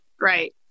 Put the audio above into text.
Right